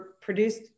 produced